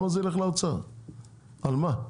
על מה?